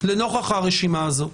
לנוכח הרשימה הזו.